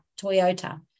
Toyota